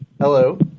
Hello